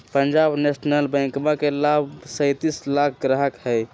Punjab national बैंकवा के लगभग सैंतीस लाख ग्राहक हई